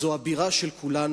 זו הבירה של כולנו.